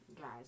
guys